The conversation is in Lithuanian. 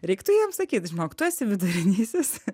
reiktų jam sakyt žinok tu esi vidurinysis